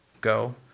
Go